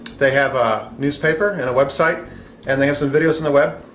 they have a newspaper, and a website and they have some videos on the web.